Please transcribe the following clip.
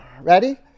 Ready